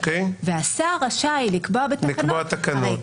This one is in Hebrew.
"והשר רשאי לקבוע בתקנות...".